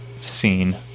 scene